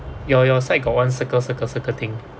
your your side got one circle circle circle thing